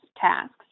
tasks